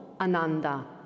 Ananda